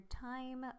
time